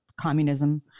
communism